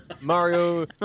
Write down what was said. Mario